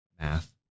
math